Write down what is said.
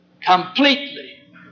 Completely